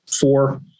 four